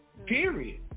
period